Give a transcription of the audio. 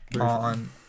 on